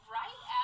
right